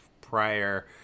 prior